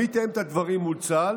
מי יתאם את הדברים מול צה"ל?